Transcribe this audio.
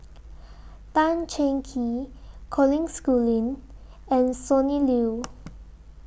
Tan Cheng Kee Colin Schooling and Sonny Liew